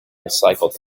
recycled